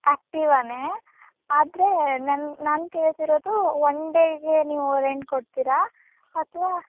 ಆ್ಯಕ್ಟಿವಾನೇ ಆದರೆ ನನ್ ನಾನು ಕೇಳ್ತಿರೋದು ಒನ್ ಡೇಗೆ ನೀವು ರೆಂಟ್ ಕೊಡ್ತೀರಾ ಅಥವಾ